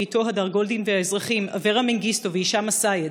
ואיתו הדר גולדין והאזרחים אברה מנגיסטו והישאם א-סייד,